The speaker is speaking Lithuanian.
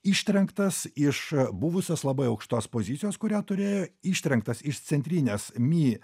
ištrenktas iš buvusios labai aukštos pozicijos kurią turėjo ištrenktas iš centrinės my